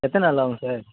எத்தனை நாள் ஆகும் சார்